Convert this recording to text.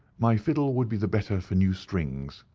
my fiddle would be the better for new strings,